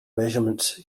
measurements